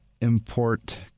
import